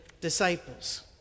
disciples